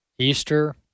Easter